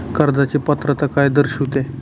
कर्जाची पात्रता काय दर्शविते?